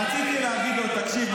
רציתי להגיד לו: תקשיב,